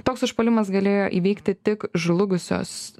toks užpuolimas galėjo įvykti tik žlugusios